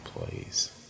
employees